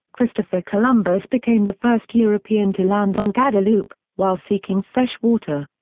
christopher columbus became the first european to land on guadeloupe, while seeking fresh water.